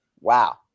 Wow